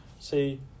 See